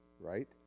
right